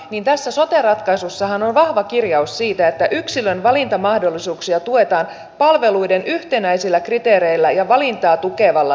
tässä sote ratkaisussahan on vahva kirjaus siitä että yksilön valintamahdollisuuksia tuetaan palveluiden yhtenäisillä kriteereillä ja valintaa tukevalla tiedolla